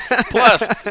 Plus